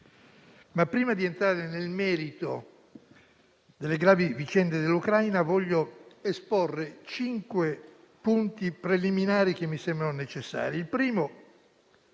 Ma prima di entrare nel merito delle gravi vicende dell'Ucraina, voglio esporre cinque punti preliminari che mi sembrano necessari: